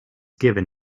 given